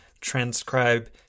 transcribe